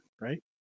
Right